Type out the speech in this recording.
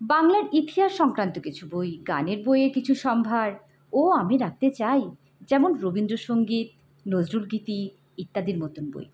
বাংলার ইতিহাস সংক্রান্ত কিছু বই গানের বইয়ের কিছু সম্ভারও আমি রাখতে চাই যেমন রবীন্দ্রসঙ্গীত নজরুল গীতি ইত্যাদির মতন বই